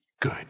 good